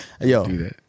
Yo